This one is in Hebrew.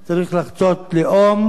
צריך לחצות לאומים,